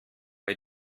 bei